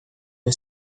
vai